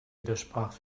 widersprach